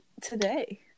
today